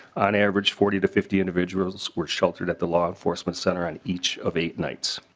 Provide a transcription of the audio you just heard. on average forty to fifty individuals wish shelter that the law enforcement center on each of eight nights.